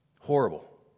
Horrible